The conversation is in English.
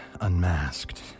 unmasked